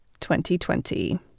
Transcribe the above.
2020